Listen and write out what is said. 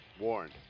warned